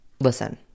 Listen